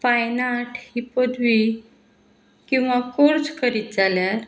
fine art ही पदवी किंवां कोर्स करीत जाल्यार